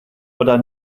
oder